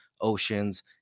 oceans